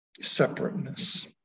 separateness